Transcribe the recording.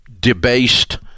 debased